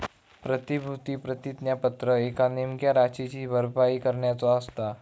प्रतिभूती प्रतिज्ञापत्र एका नेमक्या राशीची भरपाई करण्याचो असता